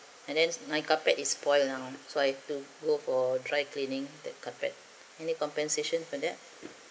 and then my carpet is spoilt now so I have to go for dry cleaning the carpet any compensation for that